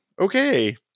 Okay